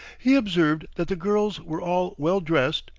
he observed that the girls were all well-dressed,